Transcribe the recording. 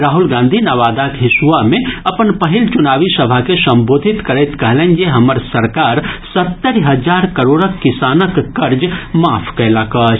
राहुल गांधी नवादाक हिसुआ मे अपन पहिल चुनावी सभा के संबोधित करैत कहलनि जे हमर सरकार सत्तरि हजार करोड़क किसानक कर्ज मांफ कयलक अछि